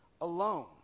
alone